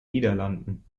niederlanden